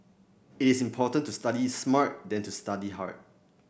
it is important to study smart than to study hard